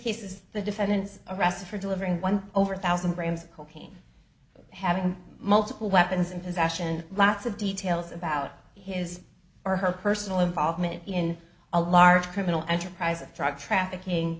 cases the defendant is arrested for delivering one over thousand grams of cocaine having multiple weapons in possession lots of details about his or her personal involvement in a large criminal enterprise or drug trafficking